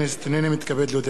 הנני מתכבד להודיעכם,